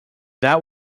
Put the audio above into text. that